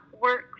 work